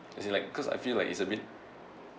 as in like because I feel like it's a bit